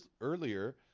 earlier